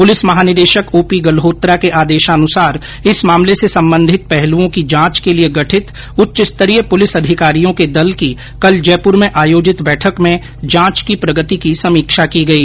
police महानिदेशक O P Galhotra के आदेशानुसार इस मामले से सम्बन्धित पहलुओं की जांच के लिए गठित उच्च स्तरीय पुलिस अधिकारियों के दल की कल जयपुर में आयोजित बैठक में जांच की प्रगति की समीक्षा की गई